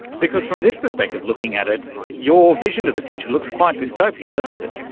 because from this perspective, looking at it, your vision of the future looks quite dystopian, doesn't it.